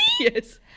yes